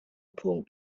punkt